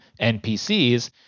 NPCs